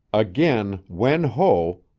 again wen ho,